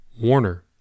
Warner